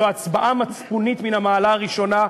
זו הצבעה מצפונית מן המעלה הראשונה,